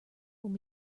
will